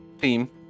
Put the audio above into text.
team